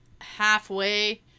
halfway